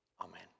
Amen